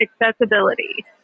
accessibility